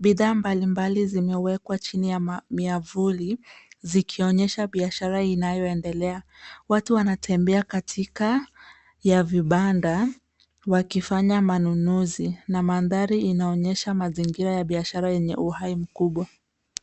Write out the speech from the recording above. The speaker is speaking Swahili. Bidhaa mbalimbali zimewekwa chini ya miavuli zikionyesha biashara inayoendelea. Watu wanatembea katika ya vibanda wakifanya manunuzi na mandhari inaonyesha mazingira ya biashara yenye uhai mkubwa.